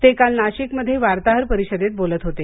ते काल नाशिकमधे वार्ताहर परिषदेत बोलत होते